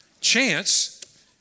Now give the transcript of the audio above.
Chance